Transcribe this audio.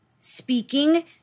speaking